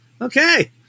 okay